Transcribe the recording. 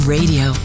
Radio